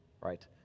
right